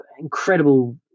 incredible –